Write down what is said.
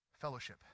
Fellowship